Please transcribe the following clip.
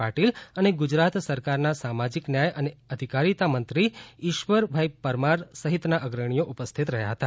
પાટિલ અને ગુજરાત સરકારના સામાજિક ન્યાય અને અધિકારીતા મંત્રી ઇશ્વરભાઈ પરમાર સહિતના અગ્રણીઓ ઉપસ્થિત રહયાં હતા